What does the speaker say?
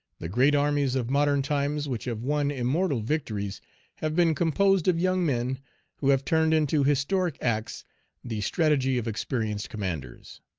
the great armies of modern times which have won immortal victories have been composed of young men who have turned into historic acts the strategy of experienced commanders.